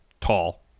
tall